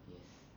yes